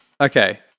Okay